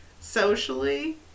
socially